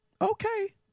okay